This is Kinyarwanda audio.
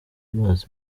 amazi